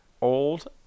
old